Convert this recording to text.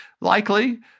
likely